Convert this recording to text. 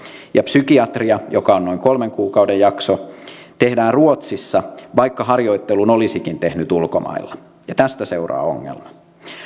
ja psykiatria joka on noin kolmen kuukauden jakso tehdään ruotsissa vaikka harjoittelun olisikin tehnyt ulkomailla ja tästä seuraa ongelma